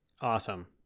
awesome